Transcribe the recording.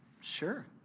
sure